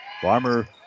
Farmer